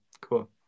Cool